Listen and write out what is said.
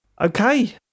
okay